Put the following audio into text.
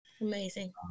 Amazing